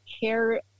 care